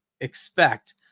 expect